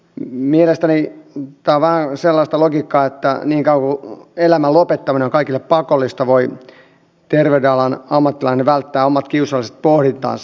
mielestäni tämä on vähän sellaista logiikkaa että niin kauan kuin elämän lopettaminen on kaikille pakollista voi terveyden alan ammattilainen välttää omat kiusalliset pohdintansa